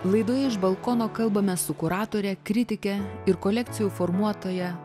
laidoje iš balkono kalbame su kuratore kritike ir kolekcijų formuotoja